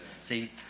See